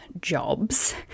jobs